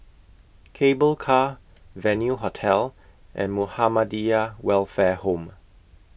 Cable Car Venue Hotel and Muhammadiyah Welfare Home